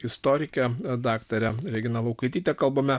istorike daktare regina laukaityte kalbame